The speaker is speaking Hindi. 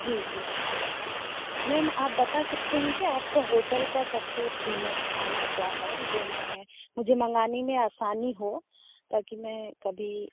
जी जी मैम आप बता सकते हैं क्या आपका होटल का सबसे फेमस खाना क्या है जो मैं मुझे मंगाने में आसानी हो ताकि मैं कभी